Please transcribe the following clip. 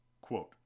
Quote